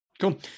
Cool